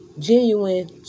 genuine